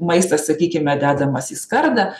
maistas sakykime dedamas į skardą